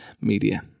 media